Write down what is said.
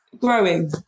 growing